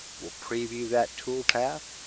we'll preview that toolpath,